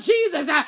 Jesus